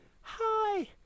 hi